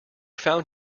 found